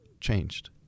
changed